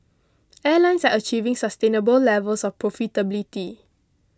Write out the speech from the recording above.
airlines are achieving sustainable levels of profitability